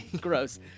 gross